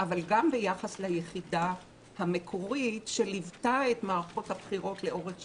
אבל גם ביחס ליחידה המקורית שליוותה את מערכות הבחירות לאורך שנים,